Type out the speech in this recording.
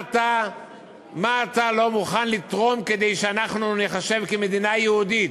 מה אתה לא מוכן לתרום כדי שאנחנו ניחשב מדינה יהודית?